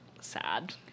Sad